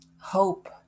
hope